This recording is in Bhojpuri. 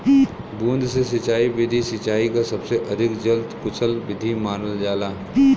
बूंद से सिंचाई विधि सिंचाई क सबसे अधिक जल कुसल विधि मानल जाला